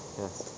yes